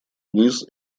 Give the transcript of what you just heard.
вниз